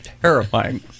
Terrifying